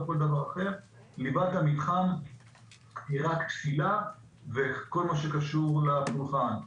ליבת המתחם היא רק לתפילה וכל מה שקשור לה כמובן.